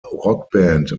rockband